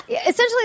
Essentially